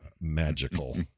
magical